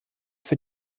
für